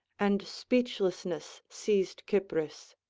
and speechlessness seized cypris.